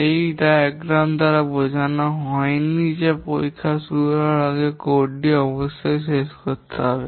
এই চিত্র দ্বারা বোঝানো হয়নি যা পরীক্ষা শুরু হওয়ার আগে কোড টি অবশ্যই শেষ করতে হবে